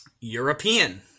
european